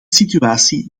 situatie